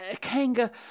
Kanga